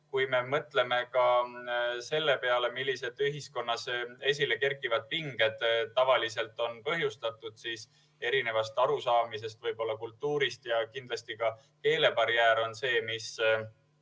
Kui me mõtleme ka selle peale, millest ühiskonnas esile kerkivad pinged tavaliselt on põhjustatud – kultuurist erinevalt arusaamisest –, siis kindlasti ka keelebarjäär on see, mis